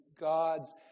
God's